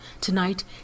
tonight